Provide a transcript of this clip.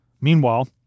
Meanwhile